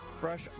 fresh